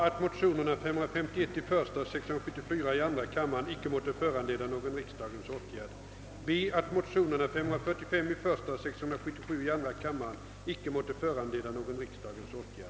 Herr talman! Jag yrkar bifall till motionerna I: 755 och II: 929 till den del som de behandlas här.